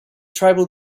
tribal